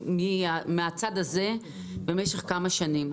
מהצד הזה במשך כמה שנים.